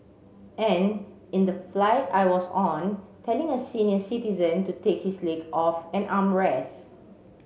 and in the flight I was on telling a senior citizen to take his leg off an armrest